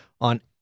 on